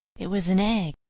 it was an egg.